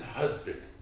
husband